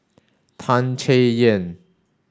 Tan Chay Yan